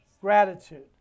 gratitude